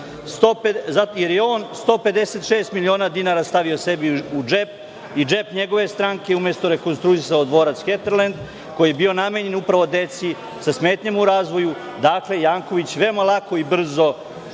On je 156 miliona dinara stavio sebi u džep i džep njegove stranke umesto rekonstruisao dvorac „Heterlend“ koji je bio namenjen upravo deci sa smetnjama u razvoju. Dakle, Janković veoma lako i brzo